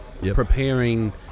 preparing